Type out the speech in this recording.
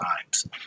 times